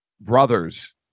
brothers